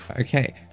Okay